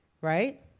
right